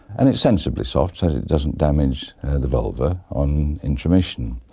and it's sensibly soft so it doesn't damage the vulva on intromission.